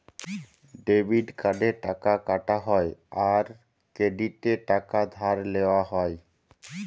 debit কার্ডে টাকা কাটা হ্যয় আর ক্রেডিটে টাকা ধার লেওয়া হ্য়য়